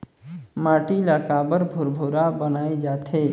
माटी ला काबर भुरभुरा बनाय जाथे?